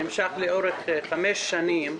שנמשך לאורך חמש שנים,